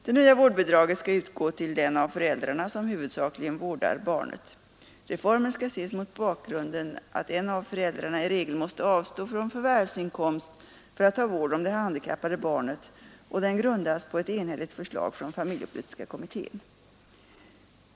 Det nya vårdbidraget skall utgå till den av föräldrarna som huvudsakligen vårdar barnet. Reformen skall ses mot bakgrunden av att en av föräldrarna i regel måste avstå från förvärvsinkomst för att ta vård om det handikappade barnet, och den grundas på ett enhälligt förslag från familjepolitiska kommittén.